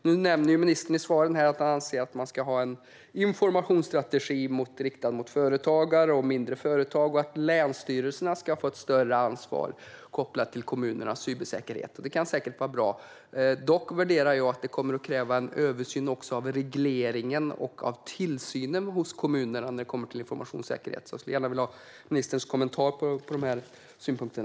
Ministern nämner i svaret att han anser att man ska ha en informationsstrategi riktad till företagare och mindre företag och att länsstyrelserna ska få ett större ansvar kopplat till kommunernas cybersäkerhet. Det kan säkert vara bra. Dock bedömer jag att det kommer att kräva en översyn också av regleringen och av tillsynen hos kommunerna när det kommer till informationssäkerhet. Jag skulle därför vilja ha ministerns kommentar till dessa synpunkter.